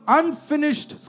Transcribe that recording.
unfinished